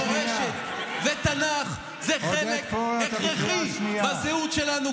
מורשת ותנ"ך זה חלק הכרחי בזהות שלנו,